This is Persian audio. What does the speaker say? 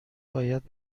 باید